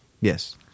Yes